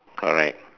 correct